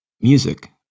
music